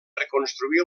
reconstruir